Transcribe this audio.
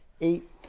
eight